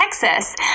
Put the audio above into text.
Texas